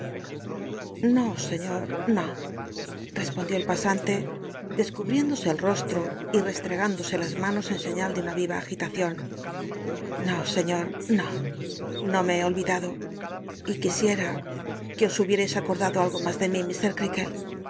no seiíor no respondió el pasante dcsculwiéndose el tostro y testregándose ins manos en seiíal de una yiya agitacion no seiiot no no me he olvidado y qu isiera qu e os hubierais acordado algo mas de mi